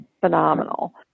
phenomenal